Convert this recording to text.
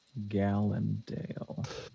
gallandale